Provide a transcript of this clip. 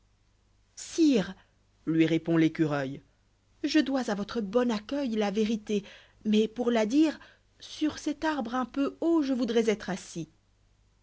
sire lui répond l'écureuil je dois à votre bon accueil ba vérité mais pour la dire sur cet arbre un peu haut je voudrais être assis